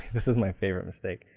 this is my favorite mistake.